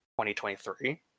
2023